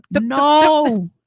No